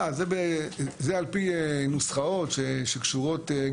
זה על פי נוסחאות מסוימות.